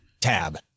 Tab